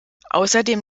außerdem